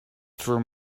through